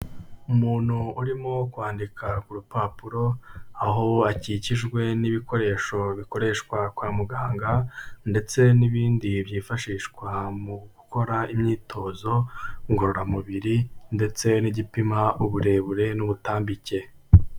Umuntu urimo kwandika ku rupapuro, aho akikijwe n'ibikoresho bikoreshwa kwa muganga, ndetse n'ibindi byifashishwa mu gukora imyitozo ngororamubiri ndetse n'igipima uburebure n'ubutambike.